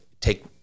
take